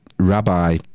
Rabbi